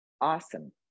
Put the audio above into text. Awesome